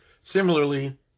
Similarly